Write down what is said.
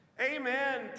Amen